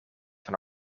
van